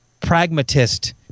pragmatist